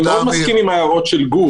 אני מאוד מסכים עם ההערות של גור.